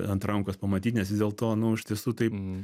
ant rankos pamatyt nes vis dėlto nu iš tiesų tai